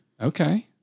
Okay